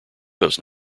those